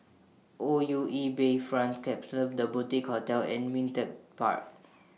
O U E Bayfront Klapsons The Boutique Hotel and Ming Teck Park